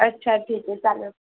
अच्छा ठीक आहे चालेल